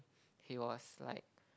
he was like